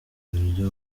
buryo